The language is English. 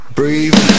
breathe